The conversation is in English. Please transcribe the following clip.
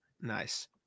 Nice